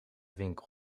winkel